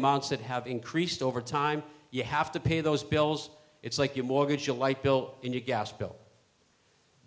amounts that have increased over time you have to pay those bills it's like your mortgage your light bill and your gas bill